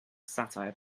satire